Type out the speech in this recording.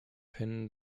hin